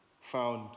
found